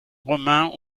romains